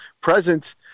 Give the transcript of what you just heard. presence